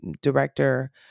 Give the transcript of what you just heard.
director